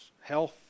Health